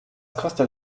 kostet